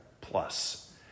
plus